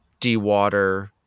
dewater